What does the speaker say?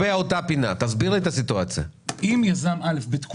תסביר לי את הסיטואציה לגבי אותה תקופה.